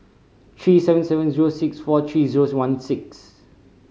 three seven seven zero six four three zero one six